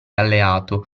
alleato